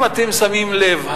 אם אתם שמים לב,